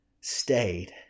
stayed